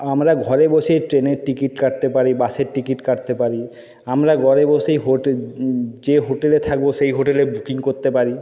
আমরা ঘরে বসে ট্রেনের টিকিট কাটতে পারি বাসের টিকিট কাটতে পারি আমরা ঘরে বসে যে হোটেলে থাকবো সেই হোটেলের বুকিং করতে পারি